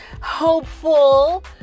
hopeful